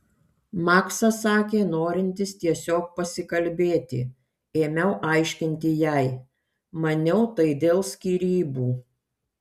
maksas sakė norintis tiesiog pasikalbėti ėmiau aiškinti jai maniau tai dėl skyrybų